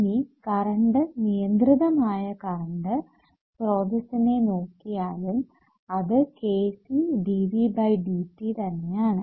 ഇനി കറണ്ട് നിയന്ത്രിതമായ കറണ്ട് സ്രോതസ്സിനെ നോക്കിയാലും അത് kCdVdtതന്നെ ആണ്